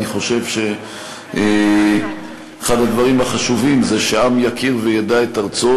אני חושב שאחד הדברים החשובים זה שעם יכיר וידע את ארצו,